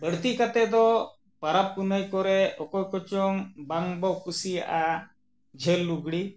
ᱵᱟᱹᱲᱛᱤ ᱠᱟᱛᱮᱫ ᱫᱚ ᱯᱟᱨᱟᱵᱽ ᱯᱩᱱᱟᱹᱭ ᱠᱚᱨᱮ ᱚᱠᱚᱭ ᱠᱚᱪᱚᱝ ᱵᱟᱝ ᱵᱚᱱ ᱠᱩᱥᱤᱭᱟᱜᱼᱟ ᱡᱷᱟᱹᱞ ᱞᱩᱜᱽᱲᱤ